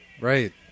Right